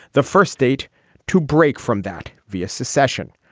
the first state to break from that via secession.